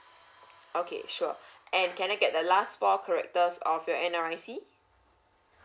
okay sure and can I get the last four characters of your N_R_I_C